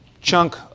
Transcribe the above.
chunk